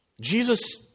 Jesus